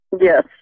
Yes